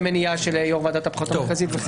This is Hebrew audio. מניעה של יושב-ראש ועדת הבחירות המרכזית.